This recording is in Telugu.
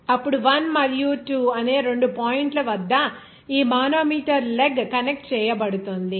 అప్పుడు 1 మరియు 2 అనే రెండు పాయింట్ల వద్ద ఈ మానోమీటర్ లెగ్ కనెక్ట్ చేయబడుతుంది